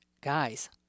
Guys